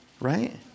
right